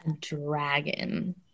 dragon